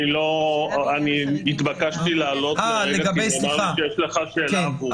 אני התבקשתי לעלות כי יש לך שאלה אקוטית.